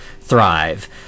thrive